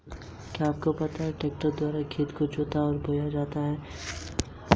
क्या होगा यदि हम भुगतान योजना पर भी अपने बिलों को वहन नहीं कर सकते हैं?